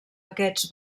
aquests